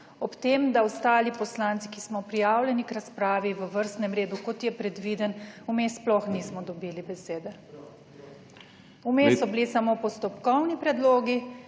ob tem, da ostali poslanci, ki smo prijavljeni k razpravi v vrstnem redu, kot je predviden, vmes sploh nismo dobili besede? vmes so bili samo postopkovni predlogi,